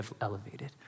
elevated